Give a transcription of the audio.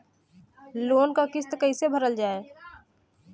Loan क किस्त कैसे भरल जाए?